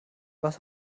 was